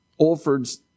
Olford's